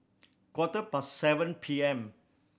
quarter past seven P M